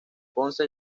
ponce